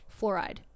Fluoride